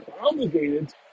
obligated